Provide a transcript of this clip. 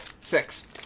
six